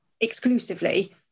exclusively